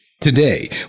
Today